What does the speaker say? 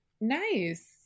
nice